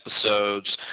episodes